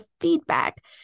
feedback